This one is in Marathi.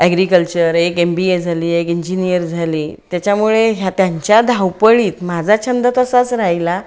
ॲग्रीकल्चर एक एम बी ए झाली एक इंजिनियर झाली त्याच्यामुळे ह्या त्यांच्या धावपळीत माझा छंद तसाच राहिला